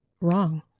wrong